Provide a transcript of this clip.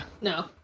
No